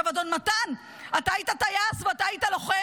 עכשיו, אדון מתן, אתה היית טייס ואתה היית לוחם,